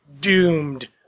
doomed